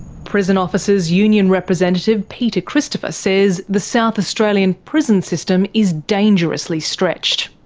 prison officers' union representative peter christopher says the south australian prison system is dangerously stretched.